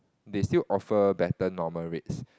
they still offer better normal rates